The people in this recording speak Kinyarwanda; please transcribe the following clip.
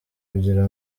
kugira